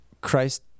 Christ